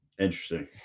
interesting